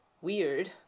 weird